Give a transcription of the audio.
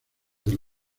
del